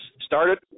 started